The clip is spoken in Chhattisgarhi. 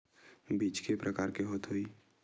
बीज के प्रकार के होत होही?